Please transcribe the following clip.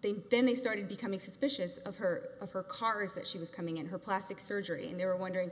they then they started becoming suspicious of her and her cars that she was coming in her plastic surgery and they're wondering